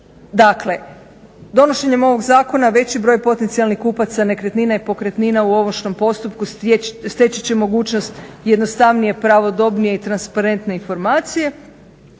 Dakle, donošenjem ovog zakona veći broj potencijalnih kupaca nekretnina i pokretnina u ovršnom postupku steći će mogućnost jednostavnije, pravodobnije i transparentnije informacije.